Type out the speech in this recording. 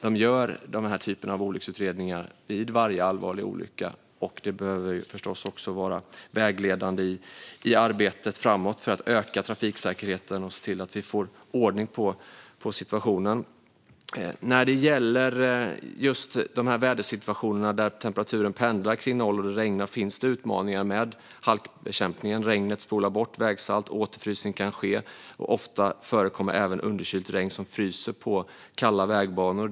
De gör den här typen av olycksutredningar vid varje allvarlig olycka, och detta behöver förstås också vara vägledande i arbetet framåt för att öka trafiksäkerheten och se till att vi får ordning på situationen. När det gäller vädersituationerna där temperaturen pendlar kring noll grader och det regnar finns det utmaningar med halkbekämpningen. Regnet spolar bort vägsalt, och återfrysning kan ske. Ofta förekommer även underkylt regn som fryser på kalla vägbanor.